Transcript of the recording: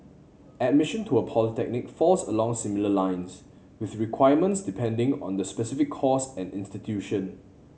admission to a polytechnic falls along similar lines with requirements depending on the specific course and institution